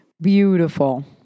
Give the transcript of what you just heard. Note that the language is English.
beautiful